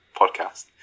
podcast